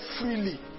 freely